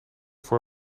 voor